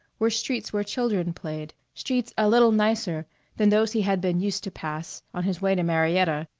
were streets where children played streets a little nicer than those he had been used to pass on his way to marietta,